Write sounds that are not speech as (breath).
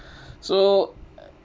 (breath) so